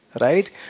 right